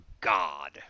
god